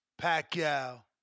Pacquiao